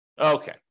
Okay